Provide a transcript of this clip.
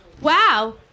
wow